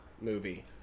movie